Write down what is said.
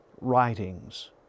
writings